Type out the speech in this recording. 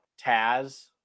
Taz